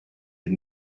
had